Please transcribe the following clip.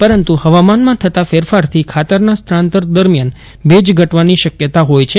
પરંતુ હવામાનમાં થતા ફેરફારથી ખાતરના સ્થળાંતર દરમિયાન ભેજ ઘટવાની ઠજ્જેંદ્વહોય છે